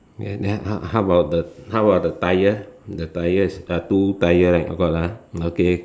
ya then how how about the how about the the tyre the tyre is a two tyre right got ah okay